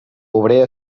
obrer